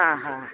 हा हा